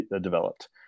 developed